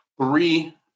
three